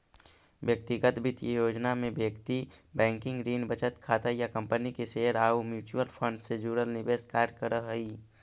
व्यक्तिगत वित्तीय योजना में व्यक्ति बैंकिंग, ऋण, बचत खाता या कंपनी के शेयर आउ म्यूचुअल फंड से जुड़ल निवेश कार्य करऽ हइ